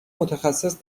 متخصص